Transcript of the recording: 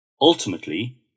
Ultimately